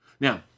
now